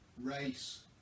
race